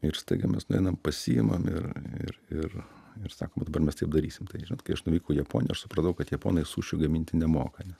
ir staiga mes nueinam pasiimam ir ir ir ir sakom vat dabar mes taip darysim tai žinot kai aš nuvykau į japoniją aš supratau kad japonai sušių gaminti nemoka nes